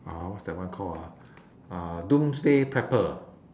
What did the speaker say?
uh what's that one called ah uh doomsday pepper